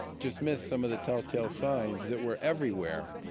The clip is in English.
just missed some of the telltale signs that were everywhere